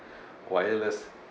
wireless